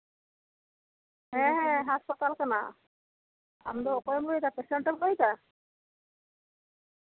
ᱦᱮᱸ ᱦᱟᱸᱥᱯᱟᱛᱟᱞ ᱠᱟᱱᱟ ᱟᱢᱫᱚ ᱚᱠᱭᱮᱢ ᱞᱟᱹᱭᱮᱫᱟ ᱯᱮᱥᱮᱱᱴᱮᱢ ᱞᱟᱹᱭᱮᱫᱟ